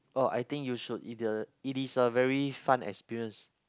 oh I think you should if you it is a very fun experience